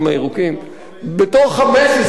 מתוך 15. מתוך 15,